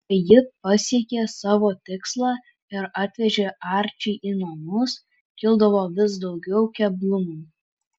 kai ji pasiekė savo tikslą ir atvežė arčį į namus kildavo vis daugiau keblumų